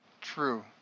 True